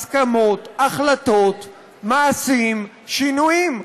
הסכמות, החלטות, מעשים, שינויים.